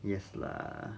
yes lah